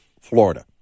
Florida